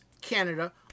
Canada